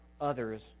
others